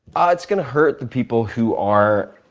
ah it's going to hurt the people who are